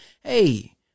hey